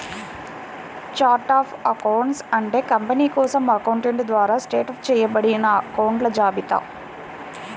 chart of accounts అంటే company కోసం accountant ద్వారా సెటప్ చేయబడిన అకొంట్ల జాబితా